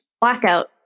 Blackout